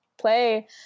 play